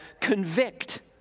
convict